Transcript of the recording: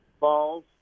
Balls